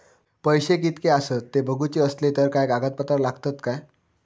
पैशे कीतके आसत ते बघुचे असले तर काय कागद पत्रा लागतात काय?